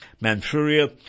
Manchuria